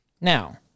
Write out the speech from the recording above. Now